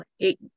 eight